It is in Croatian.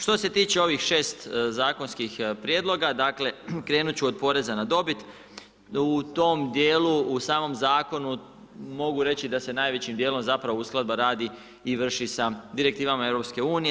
Što se tiče ovih 6 zakonskih prijedloga, dakle, krenuti ću od poreza na dobit, u tom dijelu, u samom zakonu, mogu reći da se najvećim dijelom zapravo uskladba radi i vrši sa direktivama EU.